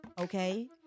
okay